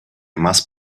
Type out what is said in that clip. must